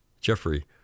Jeffrey